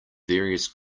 various